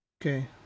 Okay